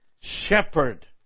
shepherd